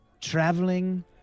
traveling